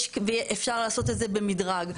ואפשר לעשות את זה במדרג.